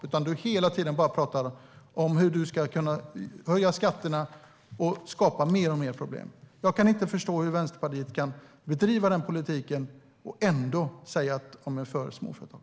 I stället talar du hela tiden om hur du ska höja skatterna och skapa mer och mer problem. Jag kan inte förstå hur Vänsterpartiet kan bedriva den politiken och ändå säga att det är för småföretag.